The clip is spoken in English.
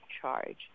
charge